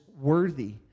worthy